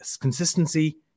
consistency